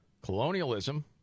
colonialism